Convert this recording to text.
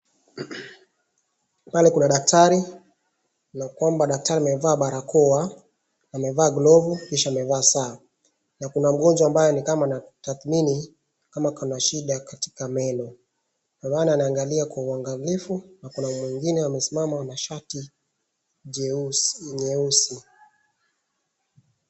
Pale kuna daktari, na kwamba daktari amevaa barakoa, amevaa glovu kisha amevaa saa. Na kuna mgonjwa ambaye ni kama anathathmini kama ako na shida katika meno, ndio maana anaangalia kwa uangalifu na kuna mwingine amesimama na shati jeusi.